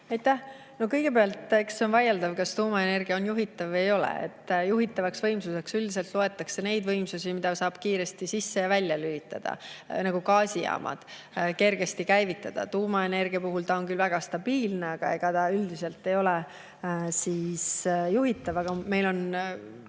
Aitäh! Kõigepealt, eks see on vaieldav, kas tuumaenergia on juhitav või ei ole. Juhitavaks võimsuseks üldiselt loetakse neid võimsusi, mida saab kiiresti sisse ja välja lülitada, nagu gaasijaamad, kergesti käivitada. Tuumaenergia on küll väga stabiilne, aga ta üldiselt ei ole juhitav. Aga meil on